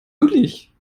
möglich